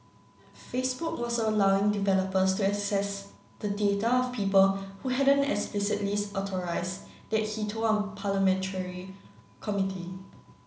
Facebook was allowing developers to access the data of people who hadn't explicitly authorised that he told a parliamentary committee